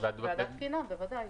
ועדת תקינה, בוודאי.